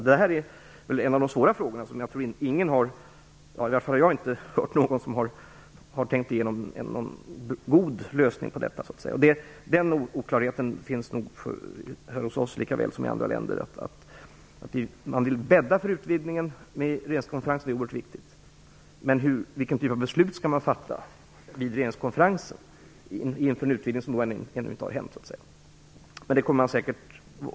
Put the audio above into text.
Det är en av de svåra frågorna där jag tror att ingen, i varje fall har jag inte hört talas om det, har tänkt igenom en god lösning på detta. Den oklarheten finns nog här hos oss, lika väl som den finns i andra länder. Man vill alltså bädda för en utvidgning med regeringskonferensen, och det är oerhört viktigt. Men vilken typ av beslut skall fattas vid regeringskonferensen inför en utvidgning som ännu inte har hänt?